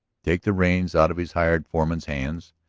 take the reins out of his hired foreman's hands,